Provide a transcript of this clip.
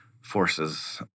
forces